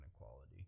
inequality